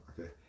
okay